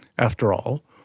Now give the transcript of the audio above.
after all,